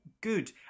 good